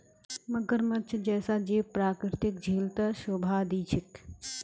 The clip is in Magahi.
मगरमच्छ जैसा जीव प्राकृतिक झील त शोभा दी छेक